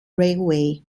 railway